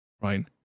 right